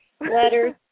letters